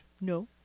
No